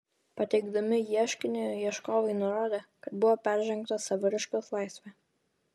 pateikdami ieškinį ieškovai nurodė kad buvo peržengta saviraiškos laisvė